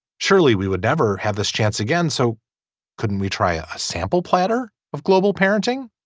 surely we would never have this chance again so couldn't we try a sample platter of global parenting.